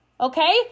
Okay